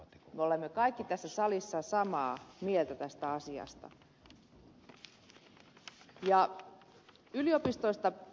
me olemme kaikki tässä salissa samaa mieltä tästä asiasta